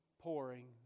pouring